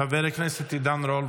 חבר הכנסת עידן רול,